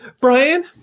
Brian